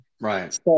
right